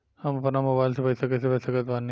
हम अपना मोबाइल से पैसा कैसे भेज सकत बानी?